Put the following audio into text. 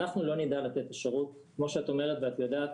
אנחנו לא נדע לתת שירות, כמו שאת אומרת ואת יודעת,